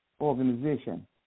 organization